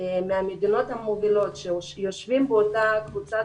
מהמדינות המובילות שיושבים באותה קבוצת